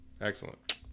Excellent